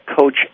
coach